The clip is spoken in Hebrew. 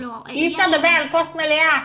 יש --- אי אפשר לדבר על כוס מלאה,